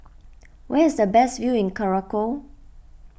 where is the best view in Curacao